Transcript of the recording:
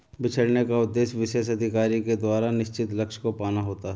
बिछड़ने का उद्देश्य विशेष अधिकारी के द्वारा निश्चित लक्ष्य को पाना होता है